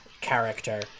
character